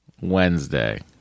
Wednesday